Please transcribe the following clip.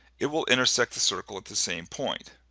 it will intersect the circle at the same point.